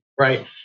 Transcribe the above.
right